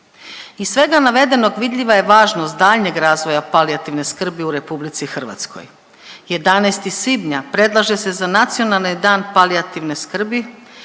Iz svega navedenog vidljiva je važnost daljnjeg razvoja palijativne skrbi u RH. 11. svibnja predlaže se za Nacionalni dan palijativne skrbi